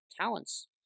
talents